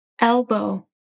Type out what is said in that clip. Elbow